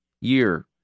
year